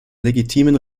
legitimen